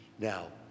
Now